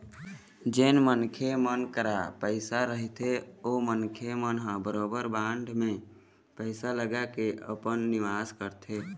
जेन मनखे मन करा पइसा रहिथे ओ मनखे मन ह बरोबर बांड म पइसा लगाके अपन निवेस करथे